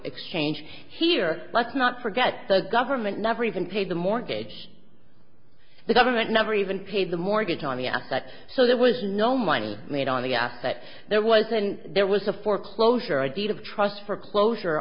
exchanged here let's not forget the government never even paid the mortgage the government never even paid the mortgage on the asset so there was no money made on the ass that there was and there was a foreclosure i did of trust for closure